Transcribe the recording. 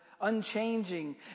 unchanging